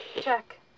Check